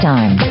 Time